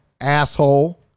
asshole